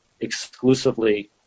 exclusively